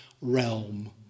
realm